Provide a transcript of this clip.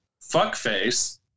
fuckface